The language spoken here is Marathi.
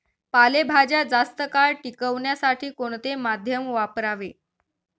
पालेभाज्या जास्त काळ टिकवण्यासाठी कोणते माध्यम वापरावे?